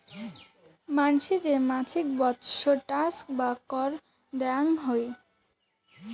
মানসি যে মাছিক বৎসর ট্যাক্স বা কর দেয়াং হই